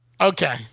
Okay